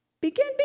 begin